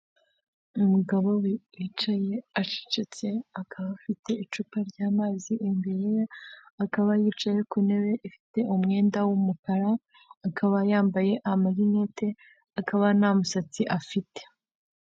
Umugabo wicaye acecetse akaba afite icupa ry'amazi imbere ye, akaba yicaye ku ntebe ifite umwenda w'umukara akaba yambaye amarinete, akaba nta musatsi afite.